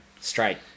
Straight